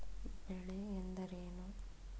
ಬೆಳೆ ಎಂದರೇನು?